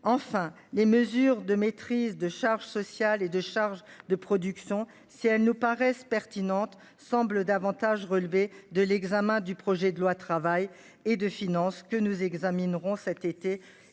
Enfin, les mesures de maîtrise de charges sociales et de charges de production, si elle ne paraissent pertinentes semble davantage relever de l'examen du projet de loi travail et de finances que nous examinerons cet été